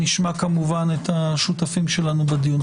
נשמע כמובן את השותפים שלנו לדיון.